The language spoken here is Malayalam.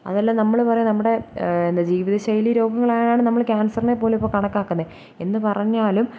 അതെല്ലാം നമ്മൾ പറയും നമ്മുടെ എന്താ ജീവിതശൈലി രോഗങ്ങളായാണ് നമ്മൾ ക്യാൻസറിനെ പോലും ഇപ്പോൾ കണക്കാക്കുന്നത് എന്നുപറഞ്ഞാലും